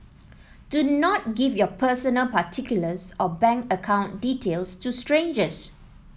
do not give your personal particulars or bank account details to strangers